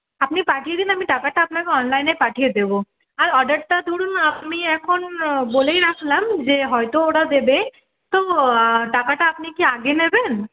আপনি পাঠিয়ে দিন আমি টাকাটা আপনাকে অনলাইনে পাঠিয়ে দেবো আর অর্ডারটা ধরুন আপনি এখন বলেই রাখলাম যে হয়তো ওরা দেবে তো টাকাটা আপনি কি আগে নেবেন